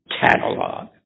catalog